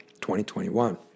2021